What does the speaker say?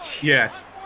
yes